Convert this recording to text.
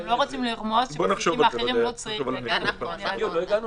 עזוב, יעקב, תאמין לי, לא מוכר.